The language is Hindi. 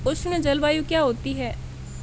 उष्ण जलवायु क्या होती है?